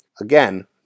Again